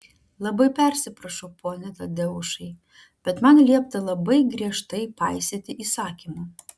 labai persiprašau pone tadeušai bet man liepta labai griežtai paisyti įsakymų